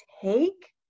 take